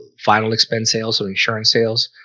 final expense sales or insurance sales.